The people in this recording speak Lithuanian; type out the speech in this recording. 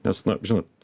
nes na žinot